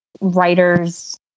writers